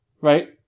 Right